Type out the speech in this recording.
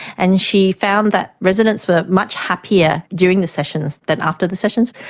and she found that residents were much happier during the sessions than after the sessions.